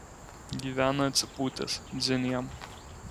gyvena atsipūtęs dzin jam